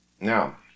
Now